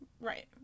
Right